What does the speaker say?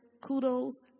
kudos